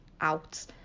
out